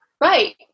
Right